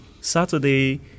Saturday